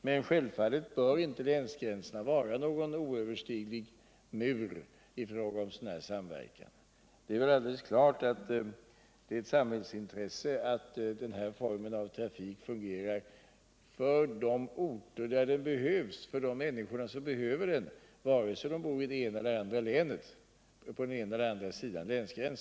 Men självfallet bör inte länsgränserna vara någon oöverstiglig mur när det gäller samverkan. Det är alldeles klart att det är ett samhällsintresse att den här formen av trafik fungerar för de orter och för de människor som behöver den, vare sig de bor på den ena eller andra sidan en länsgräns.